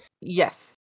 Yes